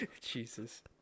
Jesus